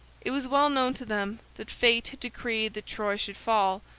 it was well known to them that fate had decreed that troy should fall,